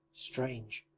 strange!